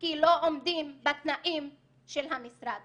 כי לא עומדים בתנאים של המשרד